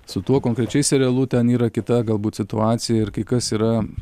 su tuo konkrečiai serialu ten yra kita galbūt situacija ir kai kas yra